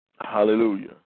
Hallelujah